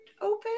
open